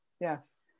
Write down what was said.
Yes